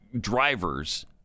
drivers